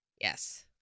Yes